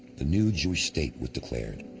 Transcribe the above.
the new jewish state was declared.